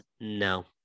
no